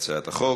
בהצעת החוק.